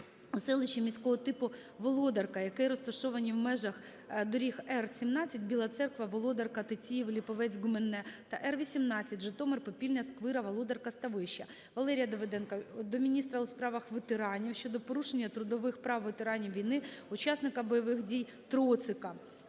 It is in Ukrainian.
у селищі міського типу Володарка, які розташовані у межах доріг Р-17 (Біла Церква-Володарка-Тетіїв-Липовець-Гуменне) та Р-18 (Житомир-Попільня-Сквира-Володарка-Ставище). Валерія Давиденка до міністра у справах ветеранів щодо порушення трудових прав ветерана війни-учасника бойових дій Троцика.